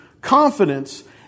confidence